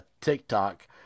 tiktok